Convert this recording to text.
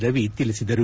ರವಿ ತಿಳಿಸಿದರು